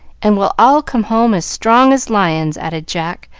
and we'll all come home as strong as lions, added jack,